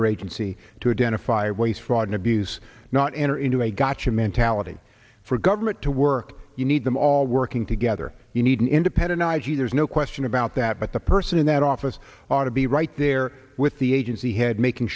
their agency to identify waste fraud and abuse not enter into a gotcha mentality for government to work you need them all working together you need an independent i g there's no question about that but the person in that office ought to be right there with the agency had making